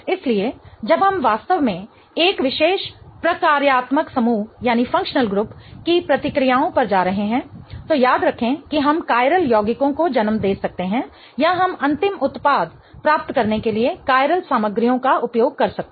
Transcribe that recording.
इसलिए जब हम वास्तव में एक विशेष प्रकार्यात्मक समूह की प्रतिक्रियाओं पर जा रहे हैं तो याद रखें कि हम कायरल यौगिकों को जन्म दे सकते हैं या हम अंतिम उत्पाद प्राप्त करने के लिए कायरल सामग्रियों का उपयोग कर सकते हैं